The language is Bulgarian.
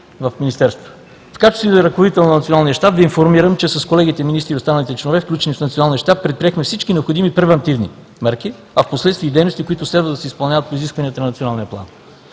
В качеството си на ръководител на Националния щаб Ви информирам, че с колегите министри и останалите членове, включени в Националния щаб, предприехме всички необходими превантивни мерки, а впоследствие и дейности, които следва да се изпълняват по изискванията на Националния план.